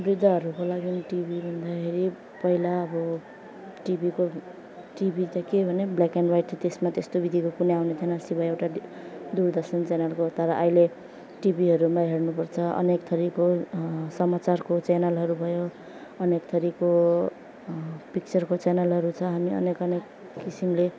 वृद्धहरूको लागि टिभी भन्दाखेरि पहिला अब टिभीको टिभी त के भने ब्लाक एन्ड वाइट थियो त्यसमा त्यस्तो विधिको कुनै आउने थिएन सिवाय एउटा डी दुरदर्शन च्यानलको तर अहिले टिभीहरूमा हेर्नुपर्छ अनेक थरीको समाचारको च्यानलहरू भयो अनेक थरीको पिक्चरको च्यानलहरू छ हामी अनेक अनेक किसिमले